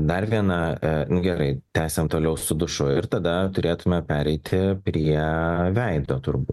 dar viena nu gerai tęsiam toliau su dušu ir tada turėtume pereiti prie veido turbūt